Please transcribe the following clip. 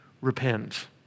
repent